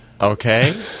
Okay